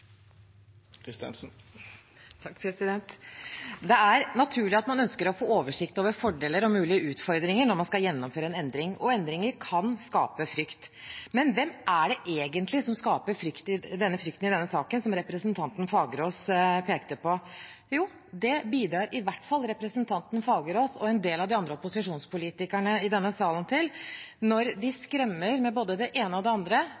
Det er naturlig at man ønsker å få oversikt over fordeler og mulige utfordringer når man skal gjennomføre en endring. Og endringer kan skape frykt. Men hvem er det egentlig som skaper frykt i denne saken, som representanten Fagerås pekte på? Jo, det bidrar i hvert fall representanten Fagerås og en del av de andre opposisjonspolitikerne i denne salen til når de skremmer med både det ene og det andre,